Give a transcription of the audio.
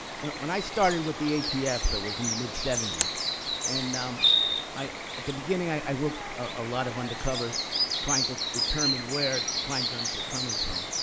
when when i started with the atf, it was in the mid seventy so and um s. at the beginning, i worked a lot of undercover trying to determine where crime guns were coming from.